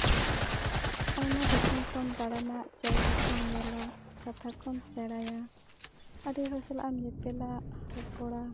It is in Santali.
ᱟᱭᱢᱟ ᱫᱤᱥᱚᱢ ᱠᱚᱢ ᱫᱟᱬᱟᱱᱟ ᱡᱟᱭᱜᱟ ᱠᱚᱢ ᱧᱮᱞᱟ ᱠᱟᱛᱷᱟ ᱠᱚᱢ ᱥᱮᱬᱟᱭᱟ ᱟᱹᱰᱤ ᱦᱚᱲ ᱥᱟᱞᱟᱜ ᱮᱢ ᱧᱮᱯᱮᱞᱟ ᱨᱚᱯᱚᱲᱟ